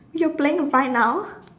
you're playing right now